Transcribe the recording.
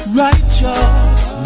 righteous